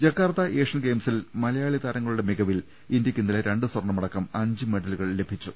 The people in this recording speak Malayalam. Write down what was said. ജക്കാർത്ത ഏഷ്യൻ ഗെയിംസിൽ മലയാളി താരങ്ങളുടെ മി കവിൽ ഇന്ത്യക്ക് ഇന്നലെ രണ്ട് സ്വർണമടക്കം അഞ്ച് മെഡലുകൾ ലഭിച്ചു